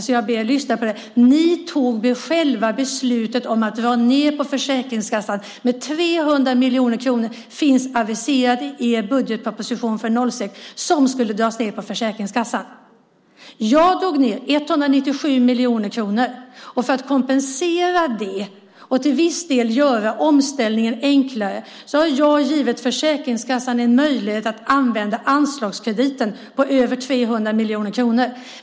Ni fattade själva beslutet om att dra ned på Försäkringskassan med 300 miljoner kronor! Ni aviserade i er budgetproposition för 2006 att 300 miljoner kronor skulle dras ned på Försäkringskassan. Jag drog ned med 197 miljoner kronor. För att kompensera det och till viss del göra omställningen enklare har jag givit Försäkringskassan en möjlighet att använda anslagskrediten på över 300 miljoner kronor.